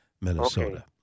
Minnesota